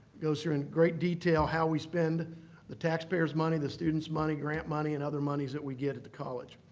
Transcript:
goes through in great detail how we spend the taxpayer's money, the student's money, grant money and other moneys that we get at the college.